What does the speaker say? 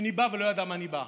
שניבא ולא ידע מה ניבא.